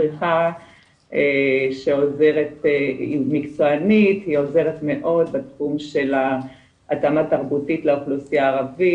מדריכה שעוזרת מאוד בתחום של ההתאמה התרבותית לאוכלוסייה הערבית,